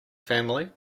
family